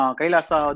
kailasa